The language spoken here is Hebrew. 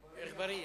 אגבאריה.